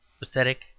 pathetic